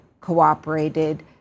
cooperated